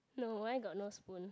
hello why got no spoon